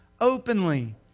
openly